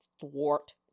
thwart